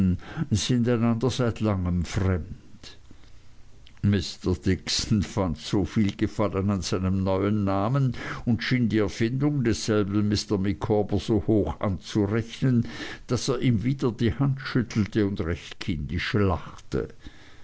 einander seit langem fremd mr dixon fand soviel gefallen an seinem neuen namen und schien die erfindung desselben mr micawber so hoch anzurechnen daß er ihm wieder die hand schüttelte und recht kindisch lachte